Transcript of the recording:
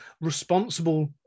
responsible